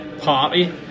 Party